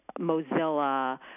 Mozilla